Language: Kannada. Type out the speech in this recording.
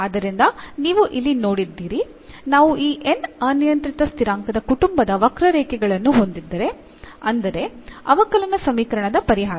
ಆದ್ದರಿಂದ ನೀವು ಇಲ್ಲಿ ನೋಡಿದ್ದೀರಿ ನಾವು ಈ n ಅನಿಯಂತ್ರಿತ ಸ್ಥಿರಾಂಕದ ಕುಟುಂಬದ ವಕ್ರರೇಖೆಗಳನ್ನು ಹೊಂದಿದ್ದರೆ ಅಂದರೆ ಅವಕಲನ ಸಮೀಕರಣದ ಪರಿಹಾರ